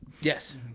yes